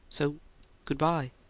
so good-bye!